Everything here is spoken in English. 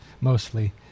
mostly